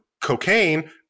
cocaine